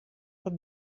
wat